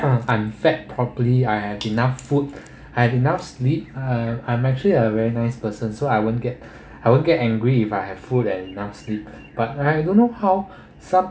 um I'm fed properly I have enough food I had enough sleep uh I'm actually a very nice person so I won't get I won't get angry if I have food and enough sleep but I don't know how some